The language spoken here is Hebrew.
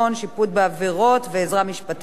שיפוט בעבירות ועזרה משפטית),